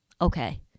Okay